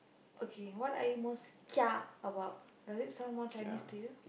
okay what are you must kia about does it sound more Chinese to you